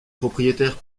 propriétaire